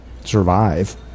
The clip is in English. survive